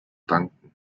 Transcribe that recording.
danken